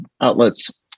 outlets